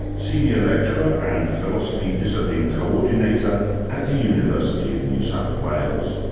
senior lecturer and philosophy discipline co-ordinator at the university of new south wales.